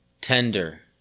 Tender